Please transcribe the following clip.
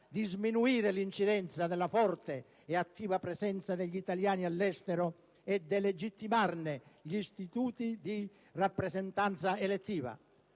di sminuire l'incidenza della forte e attiva presenza degli italiani all'estero e delegittimarne gli istituti di rappresentanza elettiva.